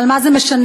אבל מה זה משנה?